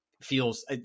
feels